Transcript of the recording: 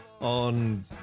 on